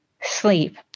sleep